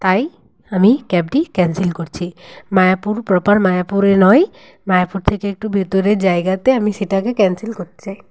তাই আমি ক্যাবটি ক্যানসেল করছি মায়াপুর প্রপার মায়াপুরে নয় মায়াপুর থেকে একটু ভেতরের জায়গাতে আমি সেটাকে ক্যানসেল করতে চাই